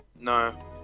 No